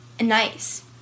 nice